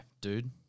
dude